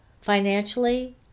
financially